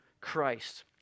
Christ